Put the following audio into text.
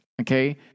Okay